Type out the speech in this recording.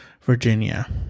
Virginia